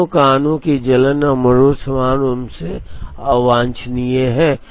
दोनों कानों की जलन और मरोड़ समान रूप से अवांछनीय हैं